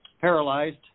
paralyzed